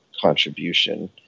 contribution